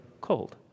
cold